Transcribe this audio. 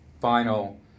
final